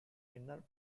inter